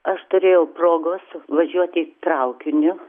aš turėjau progos važiuoti traukiniu